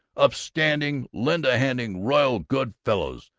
upstanding, lend-a-handing royal good fellows,